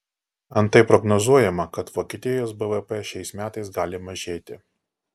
antai prognozuojama kad vokietijos bvp šiais metais gali mažėti